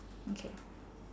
okay